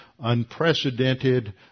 unprecedented